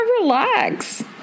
relax